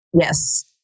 Yes